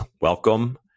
welcome